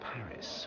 Paris